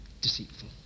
Deceitful